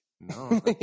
No